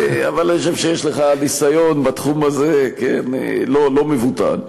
אני חושב שיש לך ניסיון בתחום הזה, לא מבוטל.